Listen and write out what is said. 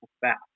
fast